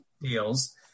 deals